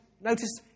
Notice